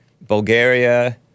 Bulgaria